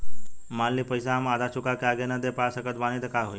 मान ली पईसा हम आधा चुका के आगे न दे पा सकत बानी त का होई?